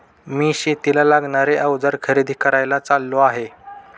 मी शेतीला लागणारे अवजार खरेदी करायला चाललो आहे